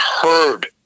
heard